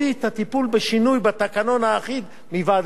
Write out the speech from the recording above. בשינוי בתקנון האחיד מוועדת העבודה,